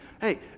hey